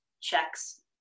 checks